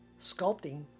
sculpting